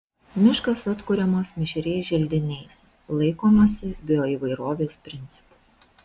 miškas atkuriamas mišriais želdiniais laikomasi bioįvairovės principų